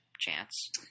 chance